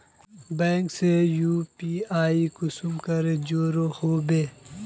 Bank से UPI कुंसम करे जुड़ो होबे बो?